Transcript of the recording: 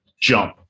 jump